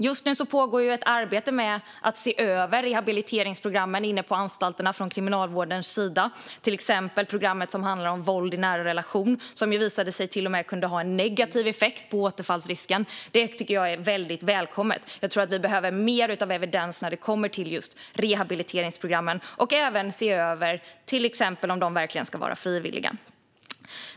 Just nu pågår ett arbete med att se över rehabiliteringsprogrammen inne på anstalterna från Kriminalvårdens sida, till exempel det program som handlar om våld i nära relationer och som till och med visade sig kunna ha negativ effekt på återfallsrisken. Detta arbete tycker jag är välkommet. Jag tror att vi behöver mer evidens när det kommer till rehabiliteringsprogrammen och även behöver se över om de till exempel verkligen ska vara frivilliga.